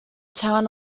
town